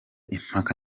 impaka